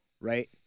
right